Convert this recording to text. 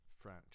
front